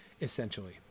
essentially